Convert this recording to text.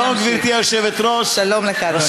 שלום, גברתי היושבת-ראש, שלום לך, אדוני.